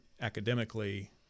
academically